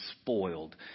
spoiled